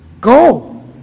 go